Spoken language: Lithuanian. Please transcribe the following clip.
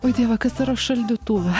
o dieve kas yra šaldytuve